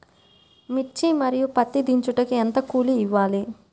మిర్చి మరియు పత్తి దించుటకు ఎంత కూలి ఇవ్వాలి?